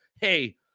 hey